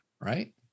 Right